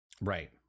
Right